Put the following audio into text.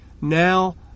Now